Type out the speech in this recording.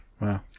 Wow